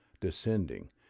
descending